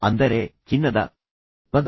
ಅಂದರೆ ಚಿನ್ನದ ಪದಕ